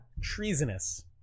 Treasonous